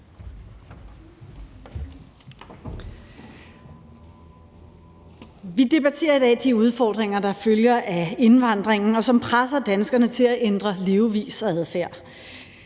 Vi debatterer i dag de udfordringer, der følger af indvandringen, og som presser danskerne til at ændre levevis og adfærd.